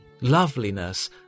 loveliness